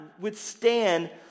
withstand